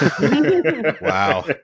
Wow